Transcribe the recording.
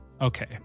Okay